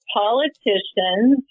politicians